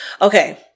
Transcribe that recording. okay